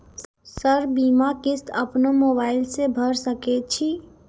Sir बीमा किस्त अपनो मोबाईल से भर सके छी?